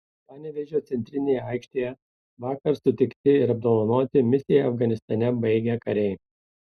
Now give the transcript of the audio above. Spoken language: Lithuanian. panevėžio centrinėje aikštėje vakar sutikti ir apdovanoti misiją afganistane baigę kariai